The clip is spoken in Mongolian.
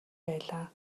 байлаа